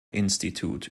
institut